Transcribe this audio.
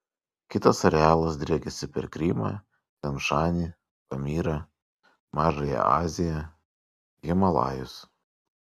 kitas arealas driekiasi per krymą tian šanį pamyrą mažąją aziją himalajus